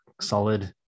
solid